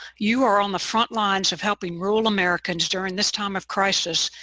you are on the frontlines of helping rural americans during this time of crisis,